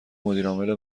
مدیرعامل